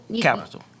Capital